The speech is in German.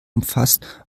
umfasst